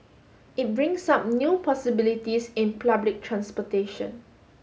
it brings up new possibilities in public transportation